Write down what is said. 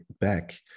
back